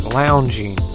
lounging